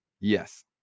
yes